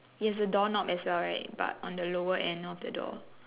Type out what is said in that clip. it has a door knob as well right but on the lower end of the door